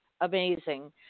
amazing